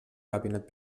gabinet